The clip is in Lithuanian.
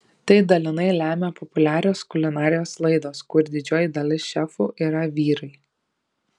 tai dalinai lemia populiarios kulinarijos laidos kur didžioji dalis šefų yra vyrai